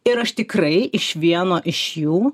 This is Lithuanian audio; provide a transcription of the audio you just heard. ir aš tikrai iš vieno iš jų